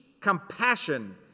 compassion